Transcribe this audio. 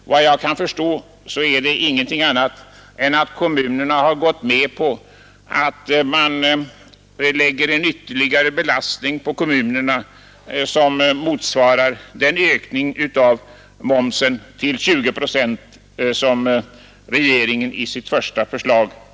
Efter vad jag förstår är det ingenting annat än att kommunerna har gått med på att det läggs en ytterligare belastning på kommunerna, som svarar mot ökningen av momsen till 20 procent enligt regeringens första förslag.